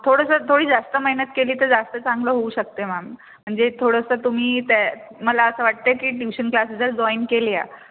थोडंसं थोडी जास्त मेहनत केली तर जास्त चांगलं होऊ शकते मॅम म्हणजे थोडंसं तुम्ही त्या मला असं वाटतं की ट्यूशन क्लासेस जॉईन केल्या